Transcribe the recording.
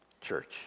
church